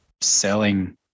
selling